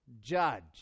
judge